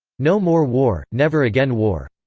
no more war, never again war.